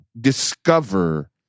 discover